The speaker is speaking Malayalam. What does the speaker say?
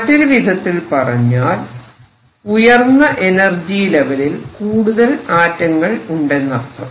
മറ്റൊരുവിധത്തിൽ പറഞ്ഞാൽ ഉയർന്ന എനർജി ലെവലിൽ കൂടുതൽ ആറ്റങ്ങൾ ഉണ്ടെന്നർത്ഥം